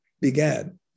began